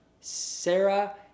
Sarah